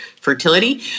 fertility